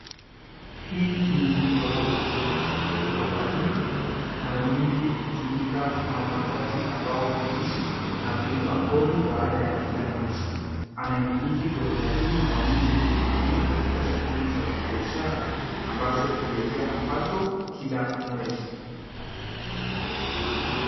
Hii ni ghorofa, ghorofa hii mara nyingi hutumika na wapangaji, ambao huishi na kulipa kodi, baada ya kila mwezi. Anayemiliki ghorofa hii mara nyingi huitumia katika shughuli za kibiashara ambazo humletea mapato kila mwezi.